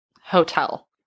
hotel